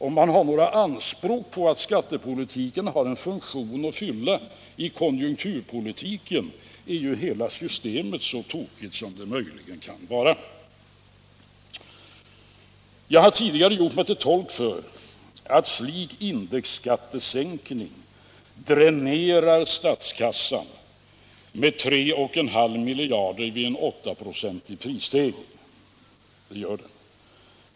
Om man har några anspråk på skattepolitikens funktion i konjunkturpolitiken är ju hela systemet så tokigt som det möjligen kan vara. Jag har tidigare gjort mig till tolk för uppfattningen att en slik indexskattesänkning dränerar statskassan med 3,5 miljarder vid en åttaprocentig prisstegring.